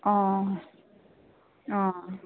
অঁ অঁ